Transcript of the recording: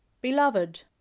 Beloved